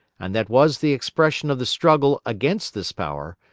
and that was the expression of the struggle against this power,